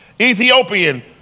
Ethiopian